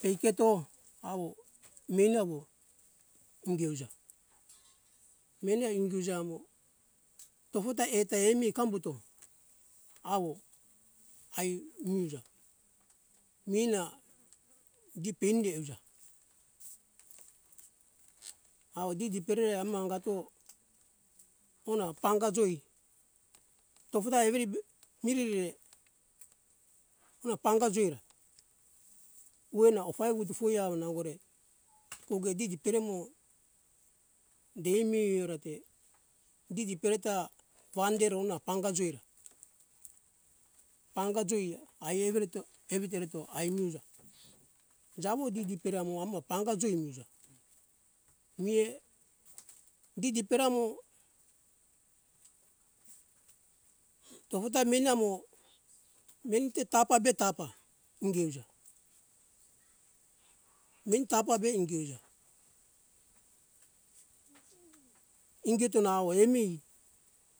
Peiketo awo meni awo ungi euja meni ai ungi euja mo tofo ta eto emi kambuto awo ai mi euja mina gi pende euja awo didi perere amo angato ona panga joi tofo ta everi be mirerire una panga joi ra oena ofae wutu fui awo nangore kogoe didi pere mo di mi orete didi pereta wande rona panga joi ra panga joi ah ai evereto evite ereto ai mi euja jawo didi pere amo amo panga joi mi euja mie didi deramo tofo ta meni amo meni te tapa be tapa ingi euja meni tapa be ingi euja ingeto nawo emi